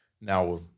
now